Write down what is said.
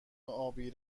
ابی